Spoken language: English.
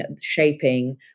shaping